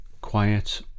quiet